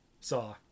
Saw